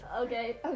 Okay